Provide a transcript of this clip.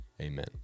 Amen